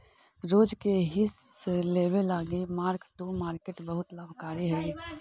रोज के हिस लेबे लागी मार्क टू मार्केट बहुत लाभकारी हई